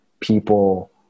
people